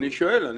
אני שואל.